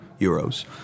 euros